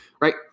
right